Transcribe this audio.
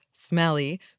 smelly